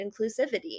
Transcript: inclusivity